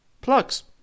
plugs